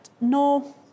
no